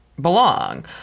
belong